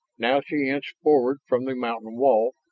now she inched forward from the mountain wall,